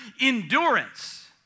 endurance